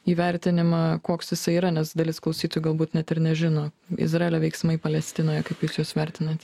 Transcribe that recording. įvertinimą koks jisai yra nes dalis klausytojų galbūt net ir nežino izraelio veiksmai palestinoje kaip jūs juos vertinat